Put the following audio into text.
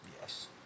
Yes